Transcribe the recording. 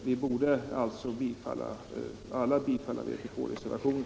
Vi borde alltså alla rösta för bifall till vpkreservationen.